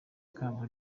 ikamba